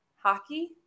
hockey